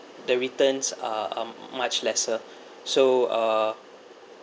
the returns are are much lesser so uh